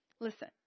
Listen